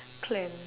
cleanse